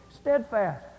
Steadfast